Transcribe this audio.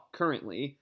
currently